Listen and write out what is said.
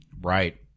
Right